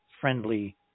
friendly